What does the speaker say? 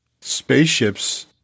spaceships